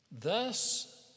Thus